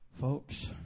Folks